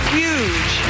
huge